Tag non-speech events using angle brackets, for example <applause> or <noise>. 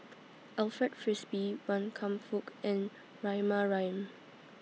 <noise> Alfred Frisby Wan Kam Fook and Rahimah Rahim